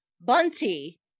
bunty